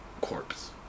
Corpse